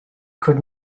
could